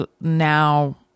now